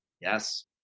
Yes